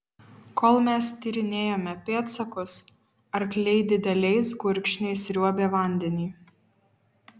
kol mes tyrinėjome pėdsakus arkliai dideliais gurkšniais sriuobė vandenį